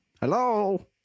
Hello